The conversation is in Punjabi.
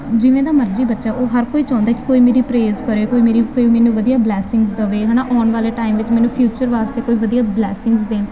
ਜਿਵੇਂ ਦਾ ਮਰਜ਼ੀ ਬੱਚਾ ਉਹ ਹਰ ਕੋਈ ਚਾਹੁੰਦਾ ਕਿ ਕੋਈ ਮੇਰੀ ਪ੍ਰੇਜ ਕਰੇ ਕੋਈ ਮੇਰੀ ਕੋਈ ਮੈਨੂੰ ਵਧੀਆ ਬਲੈਸਿੰਗ ਦਵੇ ਹੈ ਨਾ ਆਉਣ ਵਾਲੇ ਟਾਈਮ ਵਿੱਚ ਮੈਨੂੰ ਫਿਊਚਰ ਵਾਸਤੇ ਕੋਈ ਵਧੀਆ ਬਲੈਸਿੰਗਸ ਦੇਣ